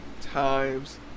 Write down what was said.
times